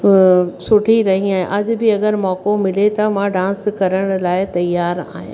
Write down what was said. सुठी रही आहियां अॼु बि अगरि मौक़ो मिले त मां डांस करण लाइ तयार आहियां